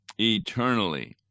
eternally